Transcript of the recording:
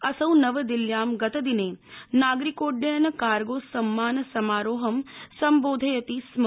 असौ नवदिल्ल्यां गतदिने नागरिकोड्डयन कार्गो सम्मान समारोहं सम्बोधयति स्म